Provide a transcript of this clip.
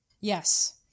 Yes